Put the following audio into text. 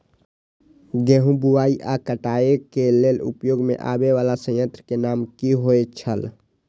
गेहूं बुआई आ काटय केय लेल उपयोग में आबेय वाला संयंत्र के नाम की होय छल?